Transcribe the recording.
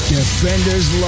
Defenders